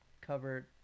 covered